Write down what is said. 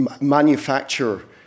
manufacture